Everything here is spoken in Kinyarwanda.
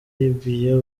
libya